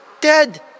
dead